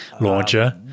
launcher